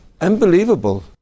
unbelievable